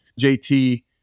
JT